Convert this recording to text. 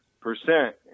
percent